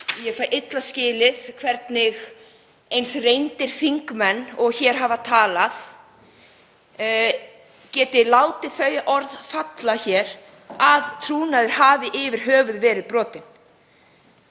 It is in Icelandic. Ég fæ illa skilið hvernig eins reyndir þingmenn og hér hafa talað geti látið þau orð falla að trúnaður hafi yfir höfuð verið brotinn.